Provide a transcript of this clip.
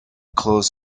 clothes